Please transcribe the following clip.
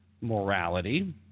morality